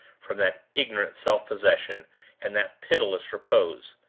from that ignorant self-possession and that pitiless repose.